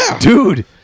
Dude